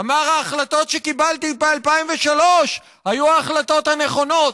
אמר: ההחלטות שקיבלתי ב-2003 היו ההחלטות הנכונות.